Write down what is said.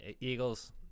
Eagles